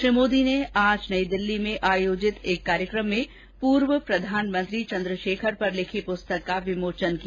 श्री मोदी ने आज नई दिल्ली में आयोजित हुए एक कार्यक्रम में पूर्व प्रधानमंत्री चंद्रशेखर पर लिखी पुस्तक का विमोचन किया